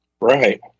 Right